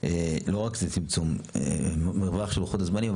לא רק צמצום, מרווח של לוחות הזמנים.